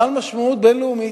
בעל משמעות בין-לאומית.